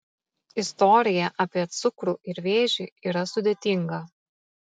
istorija apie cukrų ir vėžį yra sudėtinga